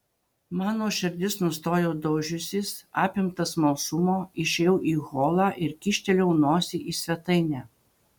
mano širdis nustojo daužiusis apimtas smalsumo išėjau į holą ir kyštelėjau nosį į svetainę